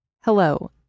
Hello